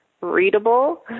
readable